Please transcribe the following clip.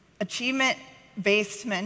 achievement-based